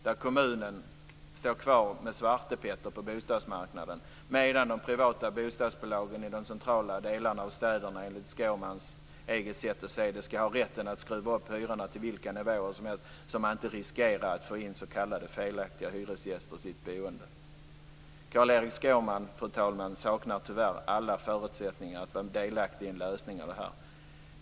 Där står kommunen kvar med Svarte Petter på bostadsmarknaden, medan de privata bostadsbolagen i de centrala delarna av städerna enligt Skårmans eget sätt att se det ska ha rätten att skruva upp hyrorna till vilka nivåer som helst, så att man inte riskerar att få in s.k. felaktiga hyresgäster i sitt boende. Carl-Erik Skårman saknar tyvärr, fru talman, alla förutsättningar att vara delaktig i en lösning av detta.